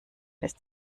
ist